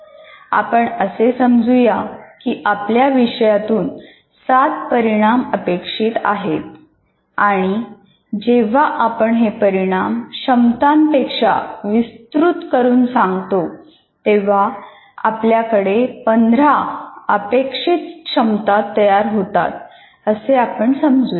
आपण असे समजू या की आपल्या विषयातून सात परिणाम अपेक्षित आहेत आणि जेव्हा आपण हे परिणाम क्षमतांमध्ये विस्तृत करून सांगतो तेव्हा आपल्याकडे पंधरा अपेक्षित क्षमता तयार होतात असे आपण समजूया